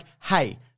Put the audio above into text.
hey